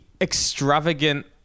extravagant